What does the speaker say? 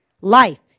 life